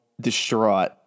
distraught